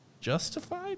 justified